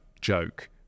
joke